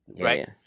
right